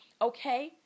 okay